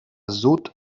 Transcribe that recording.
sud